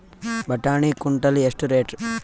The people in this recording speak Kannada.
ಬಟಾಣಿ ಕುಂಟಲ ಎಷ್ಟು ರೇಟ್?